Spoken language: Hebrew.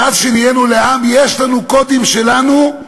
מאז שנהיינו לעם יש לנו קודים שלנו,